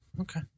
Okay